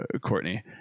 Courtney